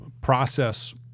process